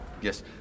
Yes